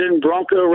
Bronco